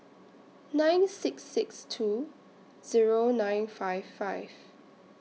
nine six six two Zero nine five five